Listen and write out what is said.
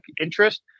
interest